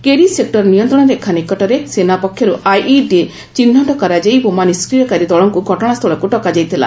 କେରି sector ନିୟନ୍ତ୍ରଣ ରେଖା ନିକଯରେ ସେନା ପକ୍ଷରୁ ଆଇଇଡି ଚିହ୍ନଟ କରାଯାଇ ବୋମା ନିଷ୍କ୍ରିୟକାରୀ ଦଳଙ୍କୁ ଘଟଣାସ୍ଥଳକୁ ଡକାଯାଇଥିଲା